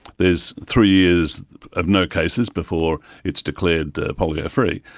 there's three years of no cases before its declared polio free.